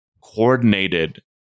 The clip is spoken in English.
coordinated